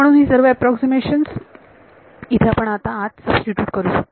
म्हणून ही सर्व अॅप्रॉक्सीमेशन्स इथे आपण आत सबस्टीट्यूट करू शकतो